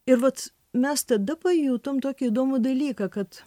ir vat mes tada pajutom tokį įdomų dalyką kad